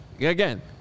again